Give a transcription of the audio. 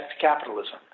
capitalism